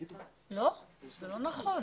לא, זה לא נכון.